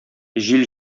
җил